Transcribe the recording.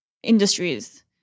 industries